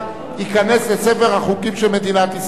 ייכנס לספר החוקים של מדינת ישראל.